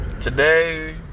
today